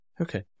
Okay